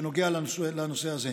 שנוגע לנושא הזה.